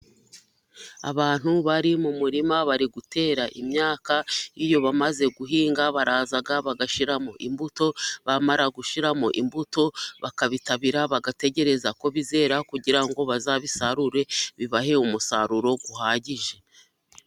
Abantu bari mu murima bari gutera imyaka, iyo bamaze guhinga baraza bagashyiramo imbuto, bamara gushyiramo imbuto, bakabitabira bagategereza ko bizera kugira ngo bazabisarure, bibahe umusaruro uhagije.